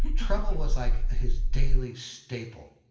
trouble was like his daily staple.